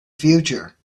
future